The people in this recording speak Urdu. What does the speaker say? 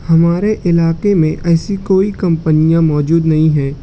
ہمارے علاقہ میں ایسی کوئی کمپنیاں موجود نہیں ہیں